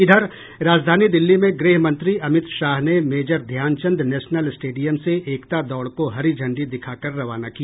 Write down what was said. इधर राजधानी दिल्ली में केन्द्रीय गृहमंत्री अमित शाह ने मेजर ध्यानचंद नेशनल स्टेडियम से एकता दौड़ को हरी झंडी दिखा कर रवाना किया